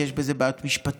כי יש בזה בעיות משפטיות,